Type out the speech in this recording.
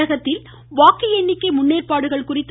தமிழகத்தில் வாக்கு எண்ணிக்கை முன்னேற்பாடுகள் குறித்து